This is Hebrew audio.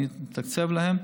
אני אתקצב להם,